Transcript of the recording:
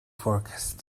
forecast